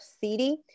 city